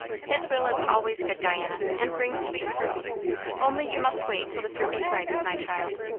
his will is always good, diana, and brings sweet fruit only you must wait till the fruit is ripe, my child.